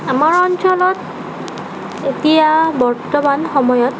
আমাৰ অঞ্চলত এতিয়া বৰ্তমান সময়ত